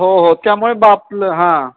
हो हो त्यामुळे आपलं हां